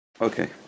Okay